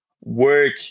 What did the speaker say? work